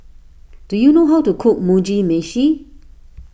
do you know how to cook Mugi Meshi